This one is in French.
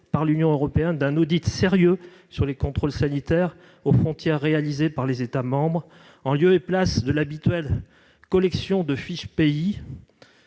par l'Union européenne d'un audit sérieux sur les contrôles sanitaires aux frontières réalisés par les États membres, en lieu et place de l'habituelle collection de « fiches pays